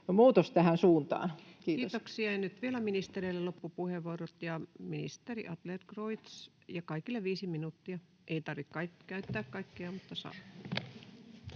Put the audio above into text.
Time: 16:40 Content: Kiitoksia, ja nyt vielä ministereille loppupuheenvuorot. — Ja ministeri Adlercreutz. — Kaikille viisi minuuttia. Ei tarvitse käyttää kaikkea, mutta saa.